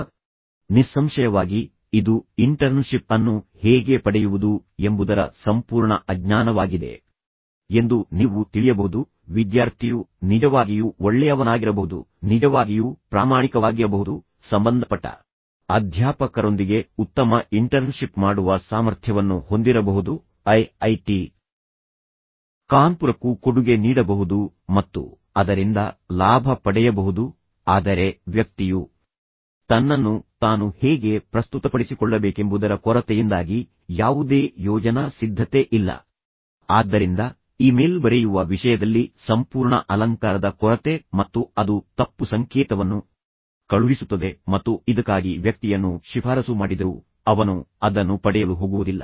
ಈಗ ನಿಸ್ಸಂಶಯವಾಗಿ ಇದು ಇಂಟರ್ನ್ಶಿಪ್ ಅನ್ನು ಹೇಗೆ ಪಡೆಯುವುದು ಎಂಬುದರ ಸಂಪೂರ್ಣ ಅಜ್ಞಾನವಾಗಿದೆ ಎಂದು ನೀವು ತಿಳಿಯಬಹುದು ವಿದ್ಯಾರ್ಥಿಯು ನಿಜವಾಗಿಯೂ ಒಳ್ಳೆಯವನಾಗಿರಬಹುದು ನಿಜವಾಗಿಯೂ ಪ್ರಾಮಾಣಿಕವಾಗಿರಬಹುದು ಸಂಬಂಧಪಟ್ಟ ಅಧ್ಯಾಪಕರೊಂದಿಗೆ ಉತ್ತಮ ಇಂಟರ್ನ್ಶಿಪ್ ಮಾಡುವ ಸಾಮರ್ಥ್ಯವನ್ನು ಹೊಂದಿರಬಹುದು ಐಐಟಿ ಕಾನ್ಪುರಕ್ಕೂ ಕೊಡುಗೆ ನೀಡಬಹುದು ಮತ್ತು ಅದರಿಂದ ಲಾಭ ಪಡೆಯಬಹುದು ಆದರೆ ವ್ಯಕ್ತಿಯು ತನ್ನನ್ನು ತಾನು ಹೇಗೆ ಪ್ರಸ್ತುತಪಡಿಸಿಕೊಳ್ಳಬೇಕೆಂಬುದರ ಕೊರತೆಯಿಂದಾಗಿ ಯಾವುದೇ ಯೋಜನಾ ಸಿದ್ಧತೆ ಇಲ್ಲ ಆದ್ದರಿಂದ ಇಮೇಲ್ ಬರೆಯುವ ವಿಷಯದಲ್ಲಿ ಸಂಪೂರ್ಣ ಅಲಂಕಾರದ ಕೊರತೆ ಮತ್ತು ಅದು ತಪ್ಪು ಸಂಕೇತವನ್ನು ಕಳುಹಿಸುತ್ತದೆ ಮತ್ತು ಇದಕ್ಕಾಗಿ ವ್ಯಕ್ತಿಯನ್ನು ಶಿಫಾರಸು ಮಾಡಿದರೂ ಅವನು ಅದನ್ನು ಪಡೆಯಲು ಹೋಗುವುದಿಲ್ಲ